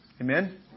Amen